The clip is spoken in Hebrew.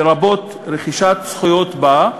לרבות רכישת זכויות בה,